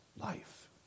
life